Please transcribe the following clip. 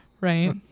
Right